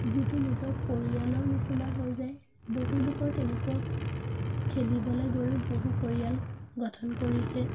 যিটো নিজৰ পৰিয়ালৰ নিচিনা হৈ যায় বহু লোকৰ তেনেকুৱা খেলিবলৈ গৈও বহু পৰিয়াল গঠন কৰিছে